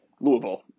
Louisville